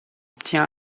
obtient